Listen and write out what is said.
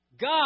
God